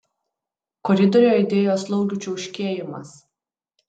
koridoriuje aidėjo slaugių čiauškėjimas